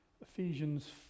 Ephesians